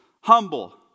Humble